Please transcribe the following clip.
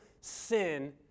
sin